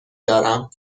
دارم